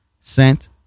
sent